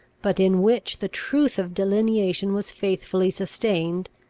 but in which the truth of delineation was faithfully sustained,